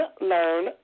learn